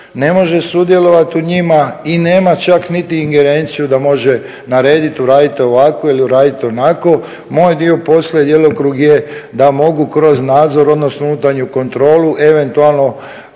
ne može sudjelovati u njima i nema čak niti ingerenciju da može narediti uradite ovako ili uradite onako. Moj dio posla i djelokrug je da mogu kroz nadzor, odnosno unutarnju kontrolu eventualno